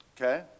Okay